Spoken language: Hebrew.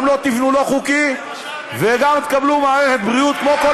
גם לא תבנו לא חוקי וגם תקבלו בריאות כמו כל